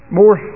more